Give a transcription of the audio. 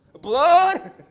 Blood